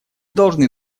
должны